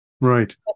Right